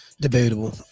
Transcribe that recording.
Debatable